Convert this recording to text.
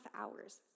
hours